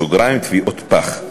תביעות פח,